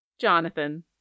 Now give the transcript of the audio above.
Jonathan